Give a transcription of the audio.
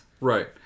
Right